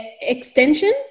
extension